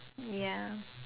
ya